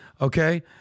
Okay